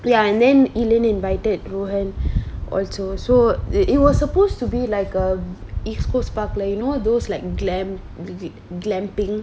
ya and then ellen invited rowen also so it was supposed to be like a east coast park like you know those like glam~ glamping